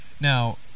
Now